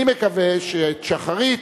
אני מקווה שתפילת שחרית